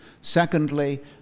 Secondly